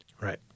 Right